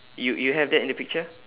you you have that in the picture